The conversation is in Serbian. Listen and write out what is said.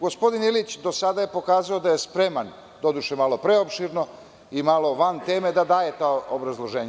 Gospodin Ilić je do sada pokazao da je spreman, doduše malo preopširno i malo van teme, da daje ta obrazloženja.